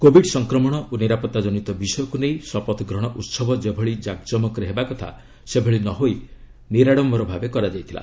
Covid ସଂକ୍ରମଣ ଓ ନିରାପତ୍ତା ଜନିତ ବିଷୟକ୍ତ୍ ନେଇ ଶପଥ ଗ୍ରହଣ ଉହବ ଯେଭଳି ଜାକଜମକରେ ହେବା କଥା ସେଭଳି ନ ହୋଇ ନିରାଡୟର ଭାବେ କରାଯାଇଥିଲା